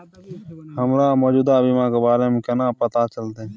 हमरा मौजूदा बीमा के बारे में केना पता चलते?